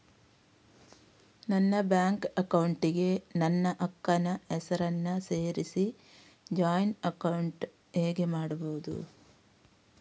ನನ್ನ bank account ಗೆ ನನ್ನ ಅಕ್ಕ ನ ಹೆಸರನ್ನ ಸೇರಿಸಿ ಜಾಯಿನ್ ಅಕೌಂಟ್ ಹೇಗೆ ಮಾಡುದು?